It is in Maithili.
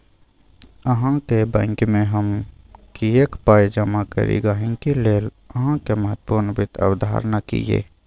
अहाँक बैंकमे हम किएक पाय जमा करी गहिंकी लेल अहाँक महत्वपूर्ण वित्त अवधारणा की यै?